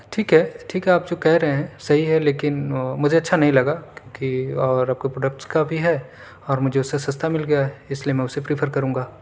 ٹھیک ہے ٹھیک ہے آپ جو کہہ رہے ہیں صحیح ہے لیکن مجھے اچھا نہیں لگا کیونکہ کوٮٔی اور پروڈکٹس کا بھی ہے اور مجھے اس سے سستا مل گیا ہے اس لیے میں اسے پریفر کروں گا